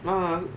no I'm